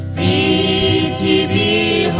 a da da